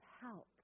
help